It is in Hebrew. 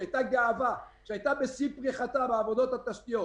שהייתה גאווה והייתה בשיא פריחתה בעבודות על תשתיות